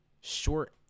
short